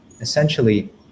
Essentially